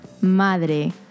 madre